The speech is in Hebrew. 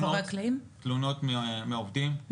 תלונות מהעובדים,